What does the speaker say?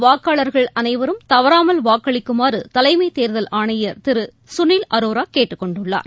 வாக்காளர்கள் அனைவரும் தவறாமல் வாக்களிக்குமாறுதலைமைதேர்தல் ஆணையர் திருசுனில் அரோராகேட்டுக் கொண்டுள்ளார்